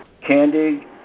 Candy